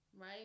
right